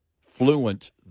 fluent